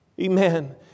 Amen